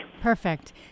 Perfect